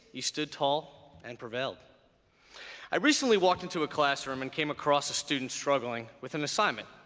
you stood tall and prevailed i recently walked into a classroom and came across a student struggling with an assignment.